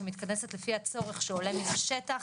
שמתכנסת לפי הצורך שעולה מן השטח,